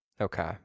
Okay